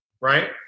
right